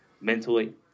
mentally